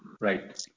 right